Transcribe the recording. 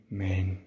Amen